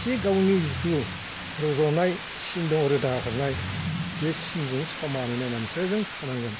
थिक गावनि जिथु रज'नाय सिन दङ रोदा हरनाय बे सिनजों समानै नायनानैसो जों फुनांगोन